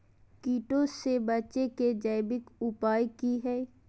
कीटों से बचे के जैविक उपाय की हैय?